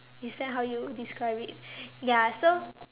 is that how you describe it ya so